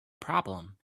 problem